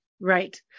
Right